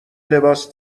لباس